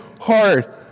hard